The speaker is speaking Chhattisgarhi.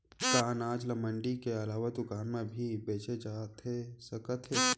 का अनाज ल मंडी के अलावा दुकान म भी बेचे जाथे सकत हे?